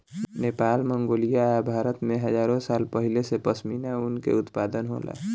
Nepal, Mongolia आ भारत में हजारो साल पहिले से पश्मीना ऊन के उत्पादन होला